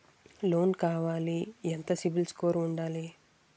Loan కావాలి ఎంత CIBIL score ఉండాలి?